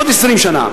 עוד 20 שנה.